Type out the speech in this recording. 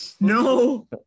No